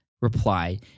reply